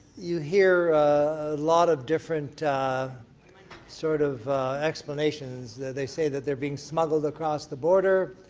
you hear a lot of different sort of explanations that they say that they're being smuggled across the border,